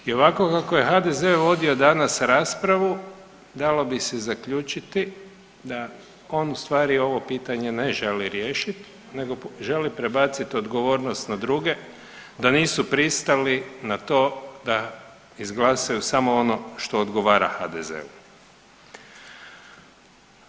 I ovako kako je HDZ vodio danas raspravu dalo bi se zaključiti da on u stvari ovo pitanje ne želi riješiti nego želi prebaciti odgovornost na druge da nisu pristali na to da izglasaju samo ono što odgovara HDZ-u.